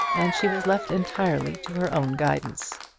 and she was left entirely to her own guidance.